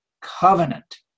covenant